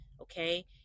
okay